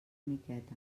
miqueta